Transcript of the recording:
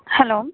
hello